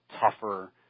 tougher